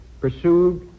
pursued